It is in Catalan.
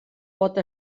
pot